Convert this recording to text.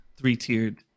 three-tiered